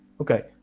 Okay